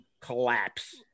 collapse